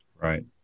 right